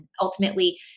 ultimately